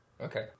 okay